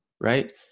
right